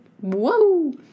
Whoa